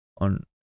on